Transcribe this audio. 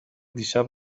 دیشب